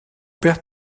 père